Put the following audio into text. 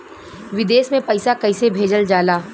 विदेश में पैसा कैसे भेजल जाला?